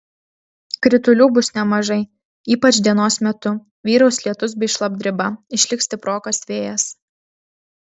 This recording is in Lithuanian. kritulių bus nemažai ypač dienos metu vyraus lietus bei šlapdriba išliks stiprokas vėjas